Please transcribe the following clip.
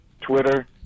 Twitter